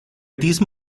diesem